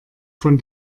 von